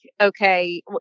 okay